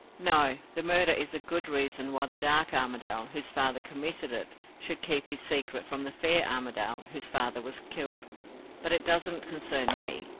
no the murder is a good reason why the dark armadale, whose father committed it, should keep his secret from the fair armadale, whose father was killed but it doesn't concern me.